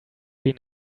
been